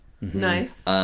Nice